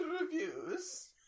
reviews